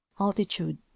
Altitude